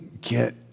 get